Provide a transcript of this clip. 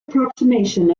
approximation